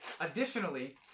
Additionally